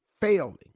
failing